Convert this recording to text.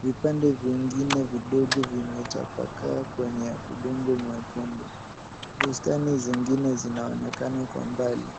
Vipande vingine vidogo vimetapakaa kwenye udongo mwekundu. Bustani zingine zinaonekana kwa mbali.